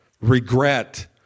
regret